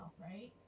right